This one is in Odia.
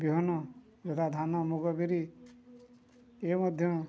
ବିହନ ଯଥା ଧାନ ମୁଗ ବିରି ଏ ମଧ୍ୟ